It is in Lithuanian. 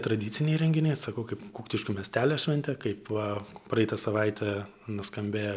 tradiciniai renginiai sakau kaip kuktiškių miestelio šventė kaip va praeitą savaitę nuskambėjo